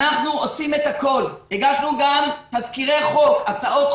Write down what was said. אנחנו עושים את הכול, הגשנו גם הצעות חוק